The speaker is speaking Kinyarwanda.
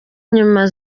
inyuma